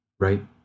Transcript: right